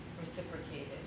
reciprocated